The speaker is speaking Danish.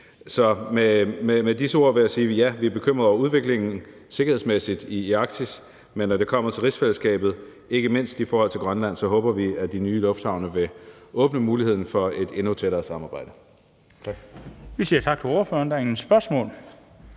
Så med disse ord vil jeg sige, at ja, vi er bekymrede over udviklingen sikkerhedsmæssigt i Arktis, men når det kommer til rigsfællesskabet, ikke mindst i forhold til Grønland, håber vi, at de nye lufthavne vil åbne muligheden for et endnu tættere samarbejde.